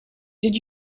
did